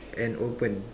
and open